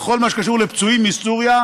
בכל מה שקשור לפצועים מסוריה,